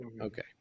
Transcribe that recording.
okay